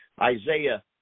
Isaiah